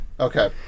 Okay